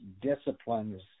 disciplines